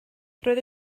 roedd